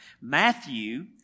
Matthew